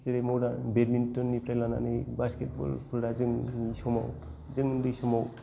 जेरै मदार्न बेडमिन्टनस निफ्राय लानानै बास्केटबल फोरा जोंनि समाव जों उन्दै समाव